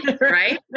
right